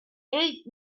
eight